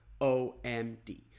OMD